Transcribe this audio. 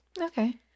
Okay